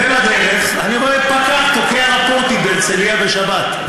ובדרך אני רואה פקח תוקע רפורטים בהרצליה בשבת.